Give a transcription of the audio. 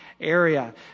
area